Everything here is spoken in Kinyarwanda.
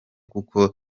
kuko